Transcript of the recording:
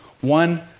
One